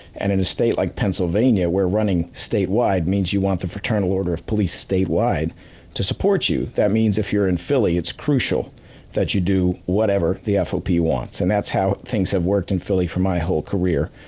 and, in a state like pennsylvania where running state wide means you want the fraternal order of police state wide to support you. that means if you're in philly it's crucial that you do whatever the fop wants, and that's how things have worked in and philly for my whole career.